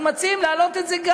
אנחנו מציעים להעלות גם את זה,